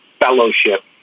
fellowship